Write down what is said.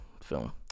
film